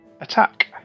attack